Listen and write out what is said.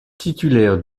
titulaire